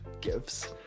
gifts